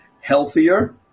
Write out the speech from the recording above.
healthier